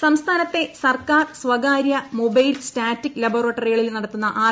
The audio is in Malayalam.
ആർ പരിശോധന സംസ്ഥാനത്തെ സർക്കാർ സ്വകാര്യ മൊബൈൽ സ്റ്റാറ്റിക് ലബോറട്ടറികളിൽ നടത്തുന്ന ആർ